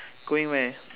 going where